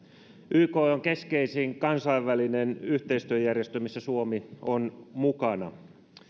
yk on keskeisin kansainvälinen yhteistyöjärjestö missä suomi on mukana